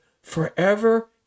forever